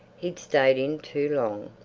he'd stayed in too long.